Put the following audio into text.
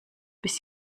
bis